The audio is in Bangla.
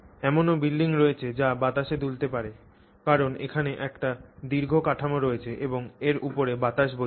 এমনও বিল্ডিং রয়েছে যা বাতাসে দুলতে পারে কারণ এখানে একটি দীর্ঘ কাঠামো রয়েছে এবং এর উপরে বাতাস বইছে